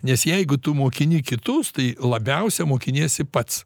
nes jeigu tu mokini kitus tai labiausia mokiniesi pats